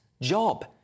job